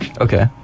Okay